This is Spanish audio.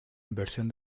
inversión